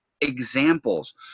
examples